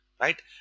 right